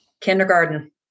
Kindergarten